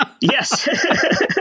Yes